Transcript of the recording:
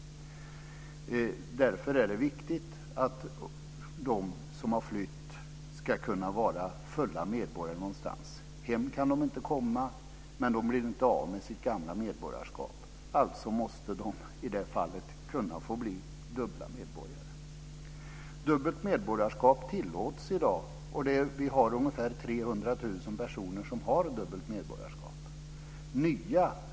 Därför är det viktigt att de som har flytt ska kunna vara medborgare fullt ut någonstans. Hem kan de inte komma, men de blir inte av med sitt gamla medborgarskap. Alltså måste de i det fallet kunna få bli dubbla medborgare. Dubbelt medborgarskap tillåts i dag. Vi har ungefär 300 000 personer som har dubbelt medborgarskap.